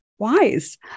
Wise